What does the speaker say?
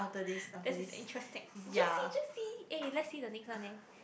that's interesting juicy juicy eh let's see the next one eh